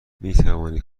میتوانی